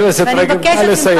חברת הכנסת רגב, נא לסיים.